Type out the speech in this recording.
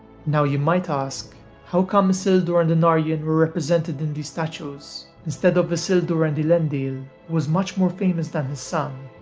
now you might ask, how come isildur and anarion were represented in these statues, instead of isildur and elendil who was much more famous than his son,